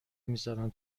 میذارن